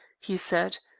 he said.